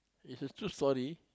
it's a true story